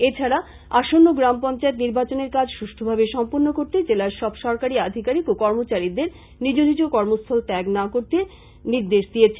এছাড়া আসন্ন গ্রাম পঞ্চায়েত নির্বাচনের কাজ সুষ্ঠভাবে সম্পন্ন করতে জেলার সব সরকারী আধিকারীক ও কর্মচারীদের নিজ নিজ কর্মস্থল নির্দেশ দিয়েছেন